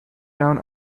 down